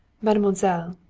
mademoiselle,